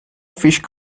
fish